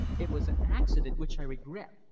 it was an accident which i regret.